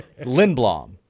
Lindblom